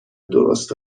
درست